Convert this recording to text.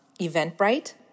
Eventbrite